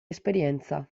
esperienza